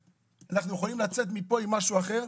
- אנחנו יכולים לצאת מפה עם משהו אחר.